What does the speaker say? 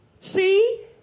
see